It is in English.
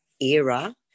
era